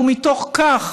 ומתוך כך